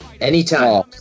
anytime